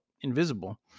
invisible